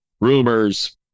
rumors